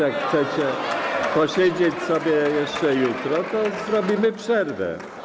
Jak chcecie posiedzieć sobie jeszcze jutro, to zrobimy przerwę.